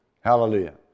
Hallelujah